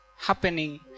happening